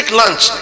lunch